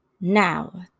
Now